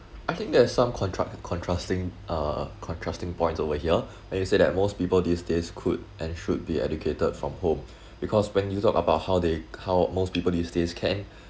I think there's some contra~ contrasting uh contrasting points over here when you say that most people these days could and should be educated from home because when you talk about how they how most people these days can